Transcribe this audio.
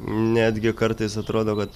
netgi kartais atrodo kad